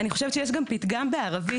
אני חושבת שיש גם פתגם בערבית,